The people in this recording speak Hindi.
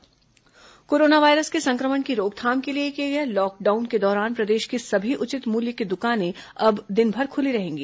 कोरोना उचित मूल्य दुकान कोरोना वायरस के संक्रमण की रोकथाम के लिए किए गए लॉकडाउन के दौरान प्रदेश की सभी उचित मूल्य की दुकानें अब दिनभर खूली रहेंगी